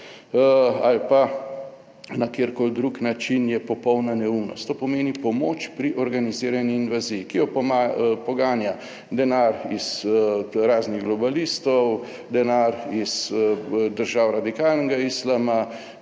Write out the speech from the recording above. ali pa na katerikoli drug način, je popolna neumnost. To pomeni pomoč pri organizirani invaziji, ki jo poganja denar iz raznih globalistov, denar iz držav radikalnega islama,